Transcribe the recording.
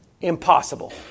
Impossible